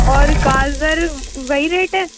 اور گاجر وہی ریٹ ہے